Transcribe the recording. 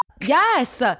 yes